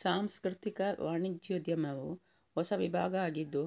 ಸಾಂಸ್ಕೃತಿಕ ವಾಣಿಜ್ಯೋದ್ಯಮವು ಹೊಸ ವಿಭಾಗ ಆಗಿದ್ದು